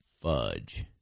fudge